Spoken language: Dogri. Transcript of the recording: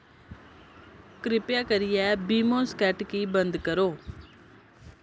किरपा करियै बीमो स्कैटकी बंद करो